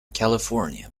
california